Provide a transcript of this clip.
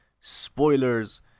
spoilers